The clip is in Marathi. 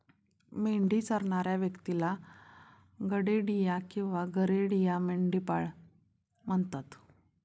मेंढी चरणाऱ्या व्यक्तीला गडेडिया किंवा गरेडिया, मेंढपाळ म्हणतात